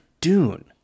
Dune